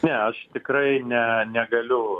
ne aš tikrai ne negaliu